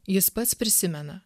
jis pats prisimena